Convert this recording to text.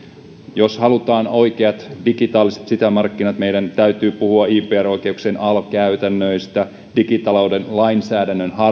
jos halutaan oikeat digitaaliset sisämarkkinat meidän täytyy puhua ipr oikeuksien alv käytännöistä digitalouden lainsäädännön